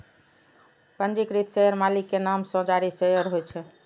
पंजीकृत शेयर मालिक के नाम सं जारी शेयर होइ छै